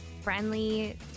friendly